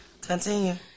continue